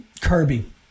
Kirby